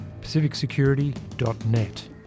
pacificsecurity.net